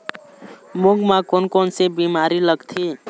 मूंग म कोन कोन से बीमारी लगथे?